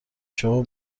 شما